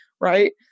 right